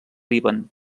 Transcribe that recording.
líban